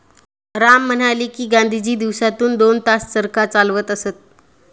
राम म्हणाले की, गांधीजी दिवसातून दोन तास चरखा चालवत असत